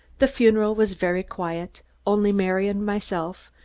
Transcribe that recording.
the funeral was very quiet, only mary and myself,